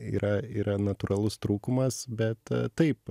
yra yra natūralus trūkumas bet taip